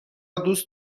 دوست